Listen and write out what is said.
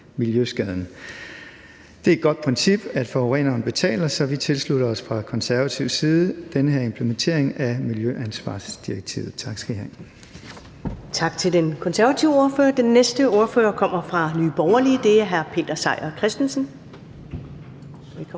miljøskaden. Det er et godt princip, at forureneren betaler, så vi tilslutter os fra konservativ side den her implementering af miljøansvarsdirektivet. Tak. Kl.